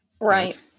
Right